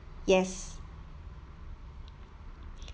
yes